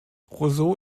roseau